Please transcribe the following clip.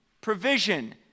provision